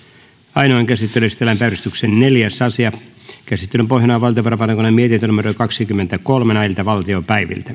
ainoaan käsittelyyn esitellään päiväjärjestyksen neljäs asia käsittelyn pohjana on valtiovarainvaliokunnan mietintö kaksikymmentäkolme